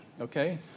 Okay